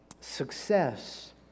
Success